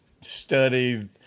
studied